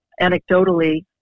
Anecdotally